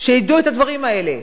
שידעו את הדברים האלה.